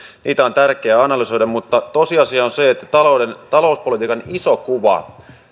niitä on tärkeää analysoida mutta tosiasia on se että talouspolitiikan iso kuva